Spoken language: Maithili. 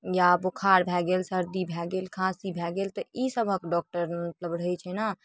या बोखार भऽ गेल सर्दी भऽ गेल खाँसी भऽ गेल तऽ ईसबके डॉक्टर मतलब रहै छै ने